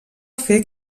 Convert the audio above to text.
fer